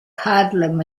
harlem